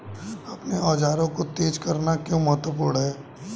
अपने औजारों को तेज करना क्यों महत्वपूर्ण है?